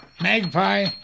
Magpie